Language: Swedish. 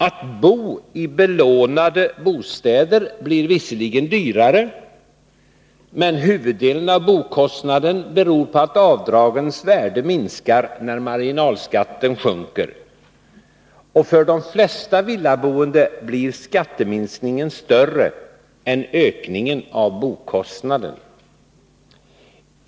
Att bo i belånade bostäder blir visserligen dyrare, men huvuddelen av merkostnaden beror på att avdragens värde minskar när marginalskatten sjunker. För de flesta villaboende blir skatteminskningen större än ökningen av bokostnaden.